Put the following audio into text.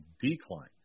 decline